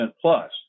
plus